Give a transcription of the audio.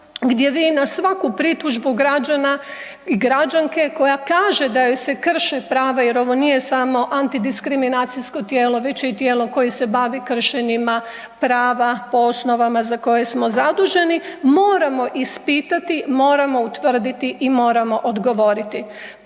gdje vi na svaku pritužbu građana i građanke koja kaže da joj se krše prava jer ovo nije samo anti diskriminacijsko tijelo već je i tijelo koje se bavi kršenjima prava po osnovama za koje smo zaduženi, moramo ispitati, moramo utvrditi i moramo odgovoriti.